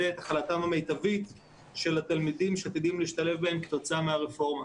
את הכלתם המיטבית של התלמידים שעתידים להשתלב בהם כתוצאה מהרפורמה.